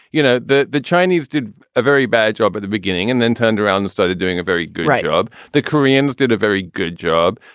you know, the the chinese did a very bad job at the beginning and then turned around and started doing a very great job. the koreans did a very good job.